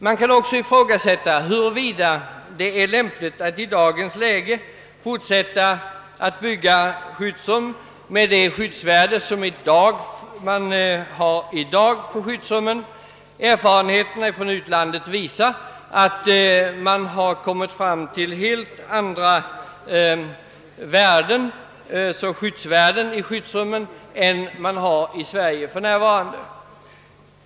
Det kan vidare ifrågasättas om det är lämpligt att i dagens läge fortsätta att bygga ut skyddsrum med det skyddsvärde som i dag förekommer. Erfarenheterna från utlandet visar att man har kommit fram till helt andra skyddsvärden för skyddsrummen än dem vi har i Sverige för närvarande.